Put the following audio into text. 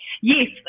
yes